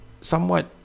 somewhat